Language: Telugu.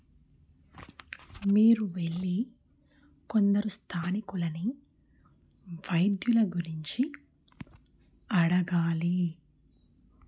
మీరు వెళ్ళి కొందరు స్థానికులని వైద్యుల గురించి అడగాలి